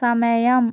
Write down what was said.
സമയം